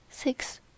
six